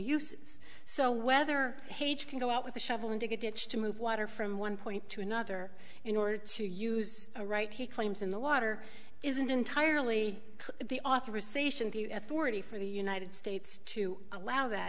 uses so whether he can go out with a shovel in to get it's to move water from one point to another in order to use a right he claims in the water isn't entirely the authorization to authority for the united states to allow that